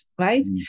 right